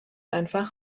einfach